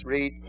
Read